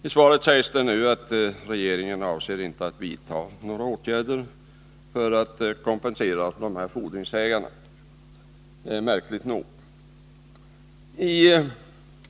I svaret sägs det — märkligt nog — att regeringen ”avser inte att vidta några åtgärder för att kompensera fordringsägare”.